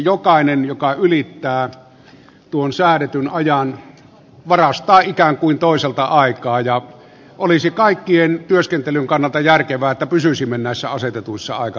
jokainen joka ylittää tuon säädetyn ajan varastaa ikään kuin toiselta aikaa ja olisi kaikkien työskentelyn kannalta järkevää että pysyisimme näissä asetetuissa aikarajoissa